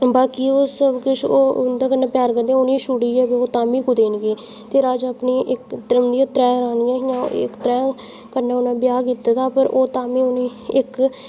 बाकी होर सब कुछ ओह् उं'दे कन्नै प्यार करदियां उ'नें गी छुड़ियै ओह् तां बी कुतै निं गेई ते राजा अपनी इक त्रैऽ रानियां हियां त्रैंऽ कन्नै उ'नें ब्याह् कीते दा पर ओह् तां उ'नें ई इक